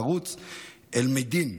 ערוץ אל-מיאדין,